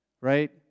Right